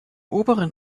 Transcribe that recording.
oberen